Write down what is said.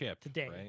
today